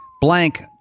Blank